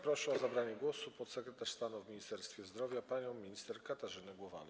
Proszę o zabranie głosu podsekretarz stanu w Ministerstwie Zdrowia panią minister Katarzynę Głowalę.